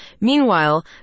Meanwhile